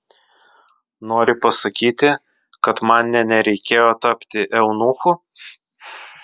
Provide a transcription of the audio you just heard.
nori pasakyti kad man nė nereikėjo tapti eunuchu